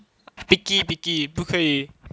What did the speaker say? picky picky 不可以